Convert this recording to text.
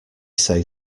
say